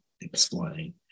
explain